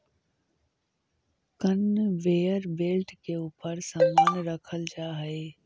conveyor belt के ऊपर समान रखल जा हई